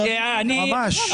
ממש.